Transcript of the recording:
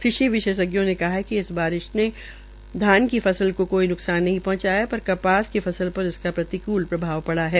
कृषि विशेषज्ञों ने कहा है कि इस बारिश से धान की फसल को कोई न्कसान नहीं पहंचाया है पर कपास की फसल पर इसका प्रतिकूल प्रभाव पड़ा है